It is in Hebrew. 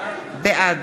בעד